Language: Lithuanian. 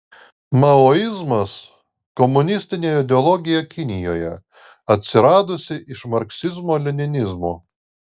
maoizmas komunistinė ideologija kinijoje atsiradusi iš marksizmo leninizmo